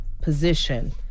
position